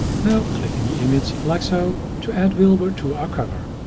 now click in the image, like so, to add wilber to our cover.